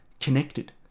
connected